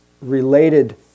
related